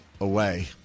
away